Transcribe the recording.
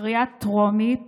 בקריאה טרומית